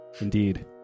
Indeed